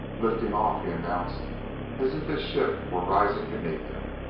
lifting off! he announced as if his ship were rising beneath him,